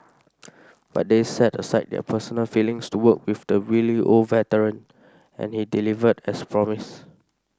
but they set aside their personal feelings to work with the wily old veteran and he delivered as promised